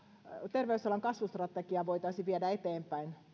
terveysalan kasvustrategiaa voitaisi viedä eteenpäin